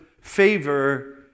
favor